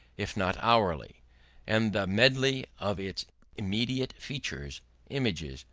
if not hourly and the medley of its immediate features images,